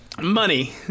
Money